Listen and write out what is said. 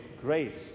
grace